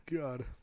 God